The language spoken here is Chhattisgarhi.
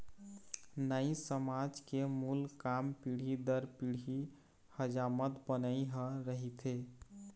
नाई समाज के मूल काम पीढ़ी दर पीढ़ी हजामत बनई ह रहिथे